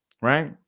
right